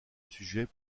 sujet